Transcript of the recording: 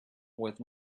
with